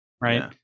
Right